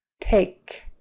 take